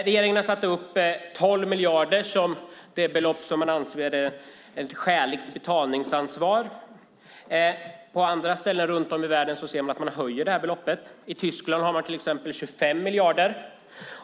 Regeringen har satt 12 miljarder som det belopp man anser vara ett skäligt betalningsansvar. På andra ställen i världen höjer man beloppet. I Tyskland är det till exempel 25 miljarder.